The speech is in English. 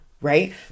right